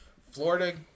Florida